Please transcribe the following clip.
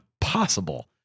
possible